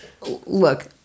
Look